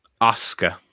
Oscar